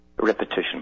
Repetition